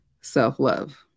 self-love